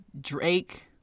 drake